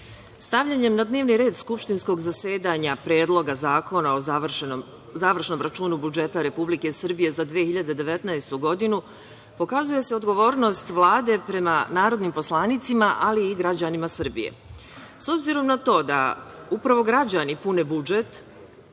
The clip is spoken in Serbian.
stavljanjem na dnevni red skupštinskog zasedanja Predloga zakona o završnom računu budžeta Republike Srbije za 2019. godinu, pokazuje se odgovornost Vlade prema narodnim poslanicima, ali i građanima Srbije.S obzirom na to da upravo građani pune budžet